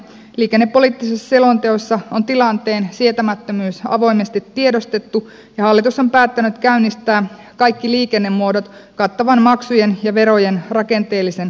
liikennepoliittisessa selonteossa on tilanteen sietämättömyys avoimesti tiedostettu ja hallitus on päättänyt käynnistää kaikki liikennemuodot kattavan maksujen ja verojen rakenteellisen kokonaistarkastelun